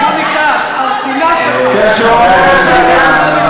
השנאה שלך.